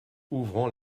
ouvrant